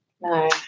No